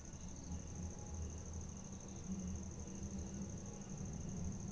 net banking से भी अपन खाता के जानकारी हासिल कर सकोहिये